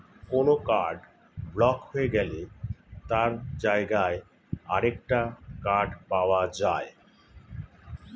কোনো card block হয়ে গেলে তার জায়গায় আরেকটা কার্ড পাওয়া যায়